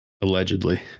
Allegedly